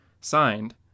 signed